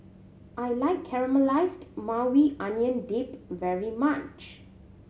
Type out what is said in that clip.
I like Caramelized Maui Onion Dip very much